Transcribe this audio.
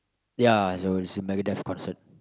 ya so this is Megadeath concert